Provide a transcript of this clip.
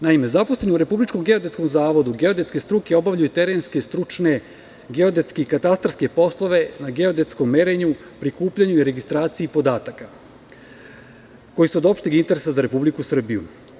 Naime, Republičkom geodetskom zavodu geodetske struke obavljaju terenske, stručne, geodetske i katastarske poslove na geodetskom merenju, prikupljanju i registraciji podataka koji su od opšteg interesa za Republiku Srbiju.